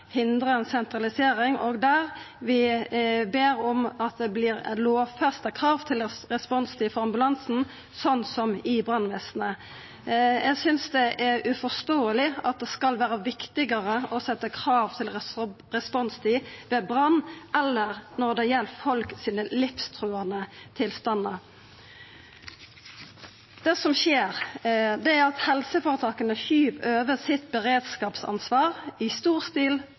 sentralisering, og der vi ber om at det vert lovfesta krav til responstid for ambulansen, sånn som i brannvesenet. Eg synest det er uforståeleg at det skal vera viktigare å setja krav til responstid ved brann enn når det gjeld folk sine livstruande tilstandar. Det som skjer, er at helseføretaka i stor stil skyv beredskapsansvaret over på kommunane utan at pengane følgjer med. Ein rådmann i